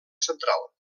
central